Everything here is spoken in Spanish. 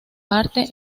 arte